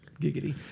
Giggity